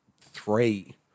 three